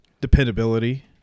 dependability